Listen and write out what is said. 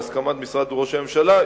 בהסכמת משרד ראש הממשלה,